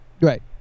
Right